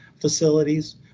facilities